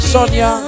Sonia